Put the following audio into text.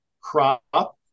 crop